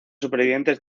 supervivientes